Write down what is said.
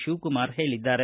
ಶಿವಕುಮಾರ ಹೇಳಿದ್ದಾರೆ